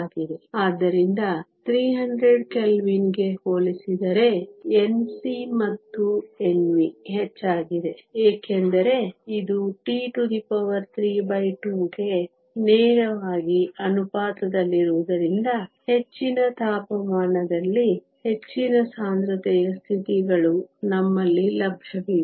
ಆದ್ದರಿಂದ 300 ಕೆಲ್ವಿನ್ಗೆ ಹೋಲಿಸಿದರೆ Nc ಮತ್ತು Nv ಹೆಚ್ಚಾಗಿದೆ ಏಕೆಂದರೆ ಇದು T32 ಗೆ ನೇರವಾಗಿ ಅನುಪಾತದಲ್ಲಿರುವುದರಿಂದ ಹೆಚ್ಚಿನ ತಾಪಮಾನದಲ್ಲಿ ಹೆಚ್ಚಿನ ಸಾಂದ್ರತೆಯ ಸ್ಥಿತಿಗಳು ನಮ್ಮಲ್ಲಿ ಲಭ್ಯವಿವೆ